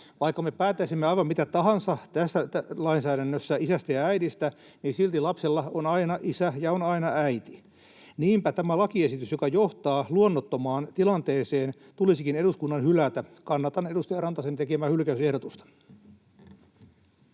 Vaikka me päättäisimme aivan mitä tahansa tässä lainsäädännössä isästä ja äidistä, niin silti lapsella on aina isä ja on aina äiti. Niinpä tämä lakiesitys, joka johtaa luonnottomaan tilanteeseen, tulisikin eduskunnan hylätä. Kannatan edustaja Rantasen tekemää hylkäysehdotusta.